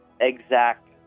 exact